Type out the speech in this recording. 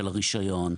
של הרישיון,